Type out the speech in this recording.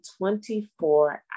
24